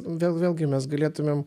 vėl vėlgi mes galėtumėm